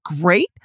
great